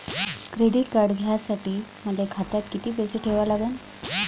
Credit card घ्यासाठी मले खात्यात किती पैसे ठेवा लागन?